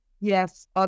Yes